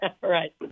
right